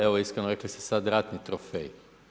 Evo iskreno, rekli ste sada ratni trofej.